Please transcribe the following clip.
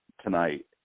tonight